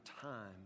time